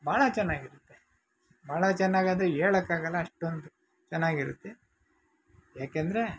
ಭಾಳ ಚೆನ್ನಾಗಿರತ್ತೆ ಬಹಳ ಚೆನ್ನಾಗಂದ್ರೆ ಹೇಳಕ್ಕಾಗಲ್ಲ ಅಷ್ಟೊಂದು ಚೆನ್ನಾಗಿರುತ್ತೆ ಯಾಕೆಂದರೆ